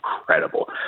incredible